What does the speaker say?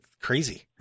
crazy